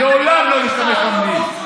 לעולם לא נשתמש במתים.